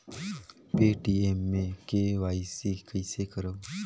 Paytm मे KYC कइसे करव?